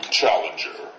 challenger